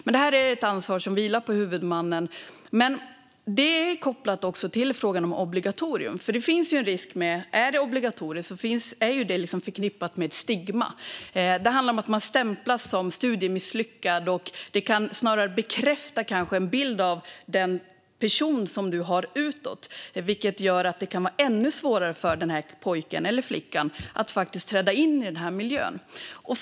Detta är ett ansvar som vilar på huvudmannen. Men det är också kopplat till frågan om obligatorium, för det är förknippat med ett stigma. Det handlar om att man stämplas som studiemisslyckad och att det snarare bekräftar bilden som personen har utåt. Det gör att det kan vara ännu svårare för pojken eller flickan att träda in i den här miljön. Fru talman!